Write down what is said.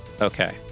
Okay